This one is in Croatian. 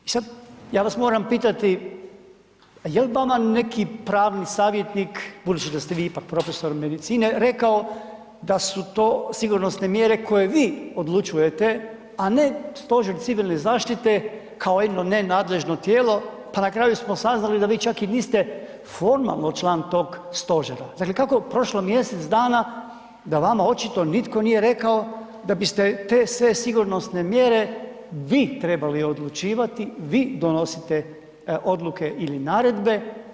I sada ja vas moram pitati, jel vama neki pravni savjetnik, budući da ste vi ipak profesor medicine, rekao da su to sigurnosne mjere koje vi odlučujete, a ne Stožer civilne zaštite kao jedno nenadležno tijelo, pa na kraju smo saznali da vi čak i niste formalno član tog stožera. … kako prošlo mjesec dana da vama očito nitko nije rekao da biste te sve sigurnosne mjere vi trebali odlučivati, vi donosite odluke ili naredbe.